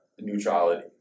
neutrality